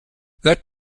that